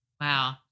Wow